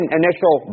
initial